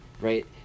right